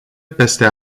peste